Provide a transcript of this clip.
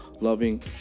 loving